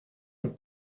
een